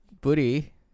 booty